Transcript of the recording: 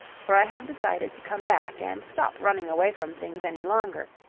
for i have decided to come back and stop running away from things any longer.